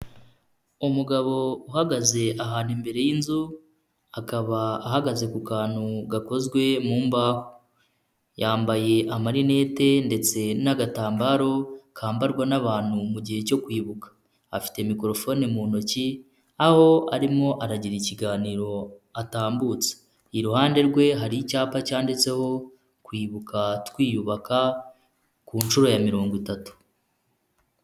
Umugabo uhagaze ahantu imbere y'inzu, akaba ahagaze mu kantu gakozwe mu mbaho, yambaye amalinete ndetse n'agatambaro, kambarwa n'abantu mu gihe cyo kwibuka. Afite mikorofone mu ntoki, aho arimo aragira ikiganiro atambutsa, iruhande rwe hari icyapa cyanditseho, Kwibuka Twiyubaka .